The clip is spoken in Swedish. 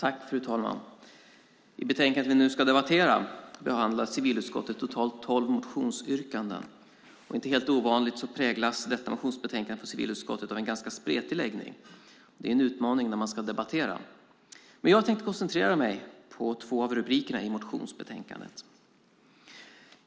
Fru talman! I betänkandet vi nu debatterar behandlar civilutskottet totalt tolv motionsyrkanden. Inte helt ovanligt präglas detta motionsbetänkande från civilutskottet av en ganska spretig läggning, vilket är en utmaning när man ska debattera. Jag tänkte dock koncentrera mig på två av rubrikerna i motionsbetänkandet.